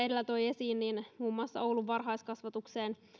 edellä toi esiin niitä on muun muassa oulun varhaiskasvatukseen